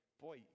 boy